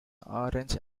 orange